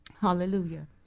hallelujah